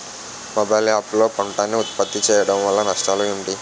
Mobile app లో పంట నే ఉప్పత్తి చేయడం వల్ల నష్టాలు ఏంటి?